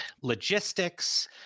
logistics